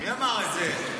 מי אמר את זה?